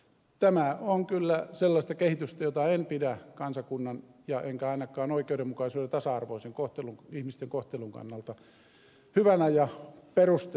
tämä on kyllä sellaista kehitystä jota en pidä kansakunnan enkä ainakaan oikeudenmukaisuuden ja ihmisten tasa arvoisen kohtelun kannalta hyvänä ja perusteltuna